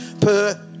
per-